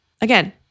Again